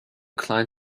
client